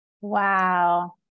Wow